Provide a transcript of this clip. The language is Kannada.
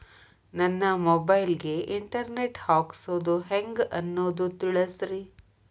ನನ್ನ ಮೊಬೈಲ್ ಗೆ ಇಂಟರ್ ನೆಟ್ ಹಾಕ್ಸೋದು ಹೆಂಗ್ ಅನ್ನೋದು ತಿಳಸ್ರಿ